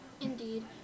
Indeed